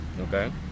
Okay